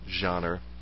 genre